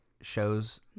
shows